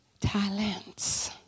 talents